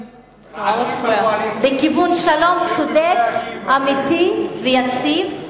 בכיוון שלום צודק, אמיתי ויציב?